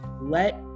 let